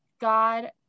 God